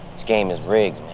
this game is rigged,